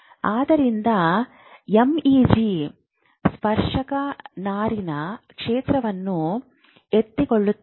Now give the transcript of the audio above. ಆದ್ದರಿಂದ ಎಂಇಜಿ ಸ್ಪರ್ಶಕ ನಾರಿನ ಕ್ಷೇತ್ರವನ್ನು ಎತ್ತಿಕೊಳ್ಳುತ್ತದೆ